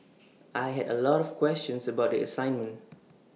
I had A lot of questions about the assignment